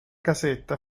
casetta